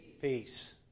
Peace